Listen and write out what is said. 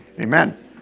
Amen